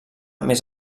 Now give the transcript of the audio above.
més